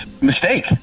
mistake